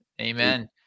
Amen